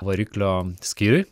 variklio skyriuj